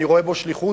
אני רואה בו שליחות.